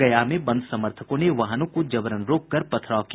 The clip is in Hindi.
गया में बंद समर्थकों ने वाहनों को जबरन रोककर पथराव किया